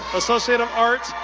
associate of arts,